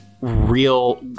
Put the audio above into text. real